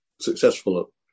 successful